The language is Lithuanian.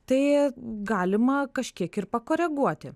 tai galima kažkiek ir pakoreguoti